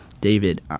David